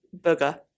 Booger